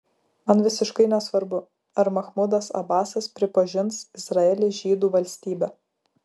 man visiškai nesvarbu ar machmudas abasas pripažins izraelį žydų valstybe